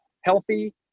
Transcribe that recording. healthy